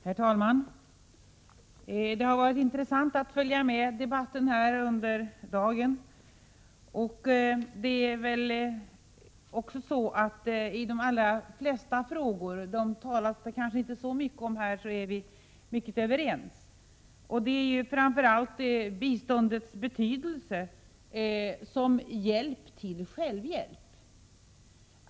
Herr talman! Det har varit intressant att följa debatten under dagen. I de allra flesta frågor är vi mycket ense — men det talas inte så mycket om dem här. Det gäller framför allt biståndets betydelse som hjälp till självhjälp.